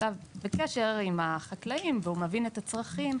אז למשל הוא נמצא בקשר עם החקלאים ומבין את הצרכים.